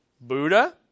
Buddha